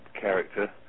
character